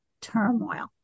turmoil